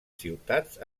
ciutats